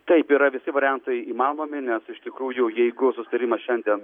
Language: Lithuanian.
taip yra visi variantai įmanomi nes iš tikrųjų jeigu susitarimas šiandien